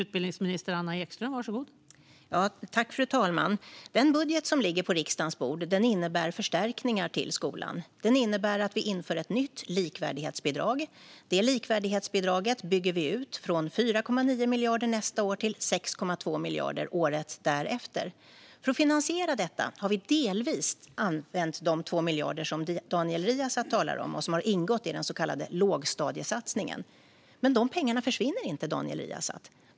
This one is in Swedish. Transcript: Fru talman! Den budget som ligger på riksdagens bord innebär förstärkningar till skolan. Den innebär att vi inför ett nytt likvärdighetsbidrag som vi bygger ut från 4,9 miljarder nästa år till 6,2 miljarder året därefter. För att finansiera detta har vi delvis använt de 2 miljarder som Daniel Riazat talar om och som har ingått i den så kallade lågstadiesatsningen. Men de pengarna försvinner inte, Daniel Riazat.